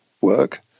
work